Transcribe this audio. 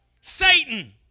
Satan